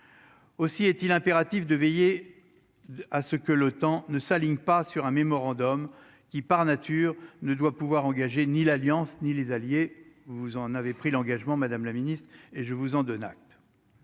aussi est-il impératif de veiller à ce que le temps ne s'aligne pas sur un mémorandum qui par nature ne doit pouvoir engager ni l'Alliance ni les alliés vous en avait pris l'engagement, Madame la Ministre, et je vous en donne acte.